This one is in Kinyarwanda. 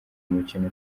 mukino